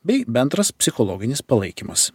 bei bendras psichologinis palaikymas